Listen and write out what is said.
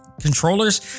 controllers